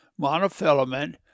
monofilament